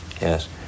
Yes